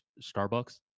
Starbucks